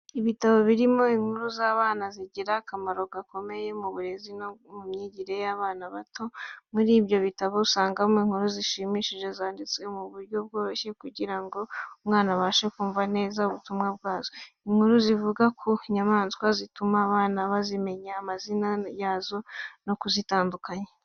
Ibitabo birimo inkuru z'abana zigira akamaro gakomeye mu burezi no mu myigire y'abana bato. Muri ibyo bitabo usangamo inkuru zishimishije zanditswe mu buryo bworoshye, kugira ngo umwana abashe kumva neza ubutumwa bwazo, inkuru zivuga ku nyamanswa, zituma abana bazimenya amazina yazo no kuzitandukanya.